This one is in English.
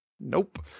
Nope